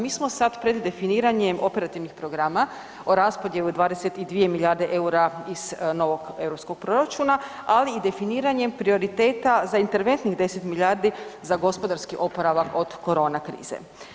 Mi smo sad pred definiranjem operativnih programa o raspodjeli 22 milijarde EUR-a iz novog europskog proračuna, ali i definiranjem prioriteta za interventnih 10 milijardi za gospodarski oporavak od korona krize.